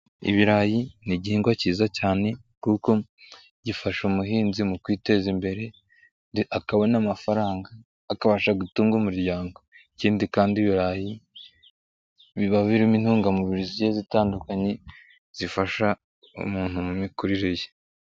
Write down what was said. Ibirayi ni igihingwa cyiza cyane kuko gifasha umuhinzi mu kwiteza imbere, akabona amafaranga akabasha gutunga umuryango, ikindi kandi ibirayi biba birimo intungamubiri zigiye zitandukanye, zifasha umuntu mu mikurire ye.